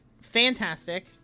Fantastic